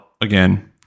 again